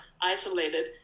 isolated